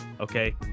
okay